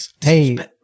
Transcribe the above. Hey